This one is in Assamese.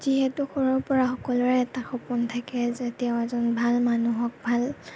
যিহেতু সৰুৰ পৰা সকলোৰে এটা সপোন থাকে যে তেওঁ এজন ভাল মানুহক ভাল